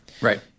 Right